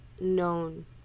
known